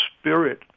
spirit